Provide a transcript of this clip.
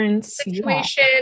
situation